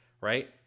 right